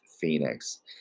Phoenix